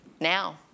now